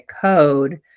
code